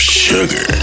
sugar